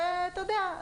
שאתה יודע,